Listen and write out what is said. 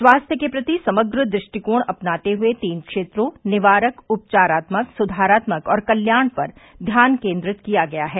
स्वास्थ्य के प्रति समग्र दृष्टिकोण अपनाते हुए तीन क्षेत्रों निवारक उपचारात्मक सुधारात्मक और कल्याण पर ध्यान केंद्रित किया गया है